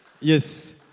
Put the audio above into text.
Yes